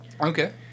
Okay